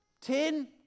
ten